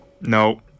No